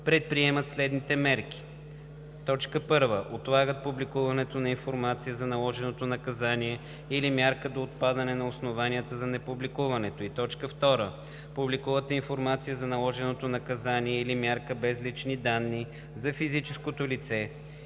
предприемат следните мерки: 1. отлагат публикуването на информация за наложено наказание или мярка до отпадане на основанията за непубликуването й; 2. публикуват информация за наложено наказание или мярка без лични данни – за физическото лице,